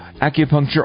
acupuncture